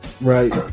right